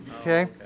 Okay